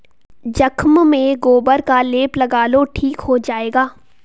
जख्म में गोबर का लेप लगा लो ठीक हो जाएगा